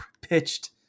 pitched